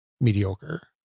mediocre